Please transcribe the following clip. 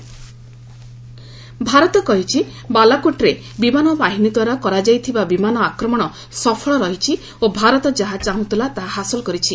MEA Pak Bharat କହିଛି ବାଲାକୋଟ୍ରେ ବିମାନ ବାହିନୀ ଦ୍ୱାରା କରାଯାଇଥିବା ବିମାନ ଆକ୍ରମଣ ସଫଳ ରହିଛି ଓ ଭାରତ ଯାହା ଚାହୁଁଥିଲା ତାହା ହାସଲ କରିଛି